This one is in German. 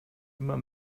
immer